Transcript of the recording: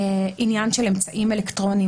עניין של אמצעים אלקטרוניים.